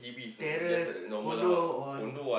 terrace condo or